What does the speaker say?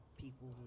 people